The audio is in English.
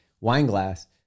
Wineglass